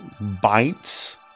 bites